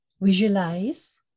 visualize